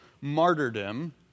martyrdom